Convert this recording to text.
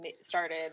started